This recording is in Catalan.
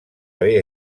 haver